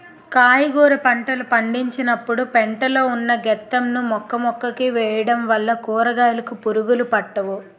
కాయగుర పంటలు పండించినపుడు పెంట లో ఉన్న గెత్తం ను మొక్కమొక్కకి వేయడం వల్ల కూరకాయలుకి పురుగులు పట్టవు